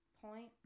point